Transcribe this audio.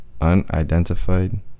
Unidentified